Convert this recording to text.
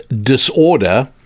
disorder